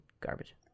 garbage